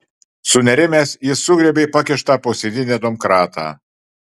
sunerimęs jis sugriebė pakištą po sėdyne domkratą